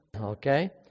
Okay